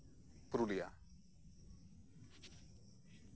Purulia